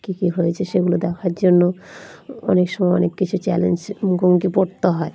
কী কী হয়েছে সেগুলো দেখার জন্য অনেক সময় অনেক কিছু চ্যালেঞ্জ মুখোমুখি পড়তে হয়